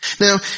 Now